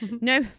No